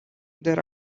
there